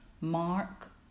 Mark